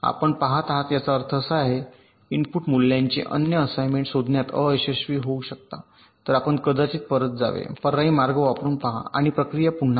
आपण आहात माझा अर्थ असा आहे की आपण इनपुट मूल्यांचे अनन्य असाइनमेंट शोधण्यात अयशस्वी होऊ शकता तर आपण कदाचित परत जावे पर्यायी मार्ग वापरून पहा आणि प्रक्रिया पुन्हा करा